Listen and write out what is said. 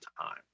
time